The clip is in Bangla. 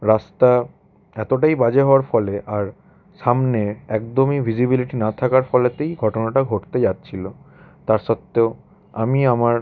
রাস্তা এতোটাই বাজে হওয়ার ফলে আর সামনে একদমই ভিসিবিলিটি না থাকার ফলেতেই ঘটনাটা ঘটতে যাচ্ছিলো তা সত্ত্বেও আমি আমার